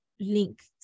link